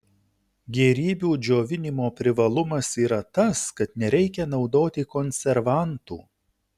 gėrybių džiovinimo privalumas yra tas kad nereikia naudoti konservantų